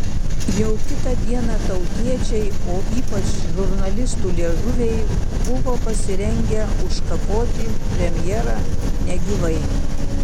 jau kitą dieną tautiečiai o ypač žurnalistų liežuviai buvo pasirengę užkapoti premjerą negyvai